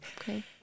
Okay